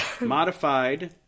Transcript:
modified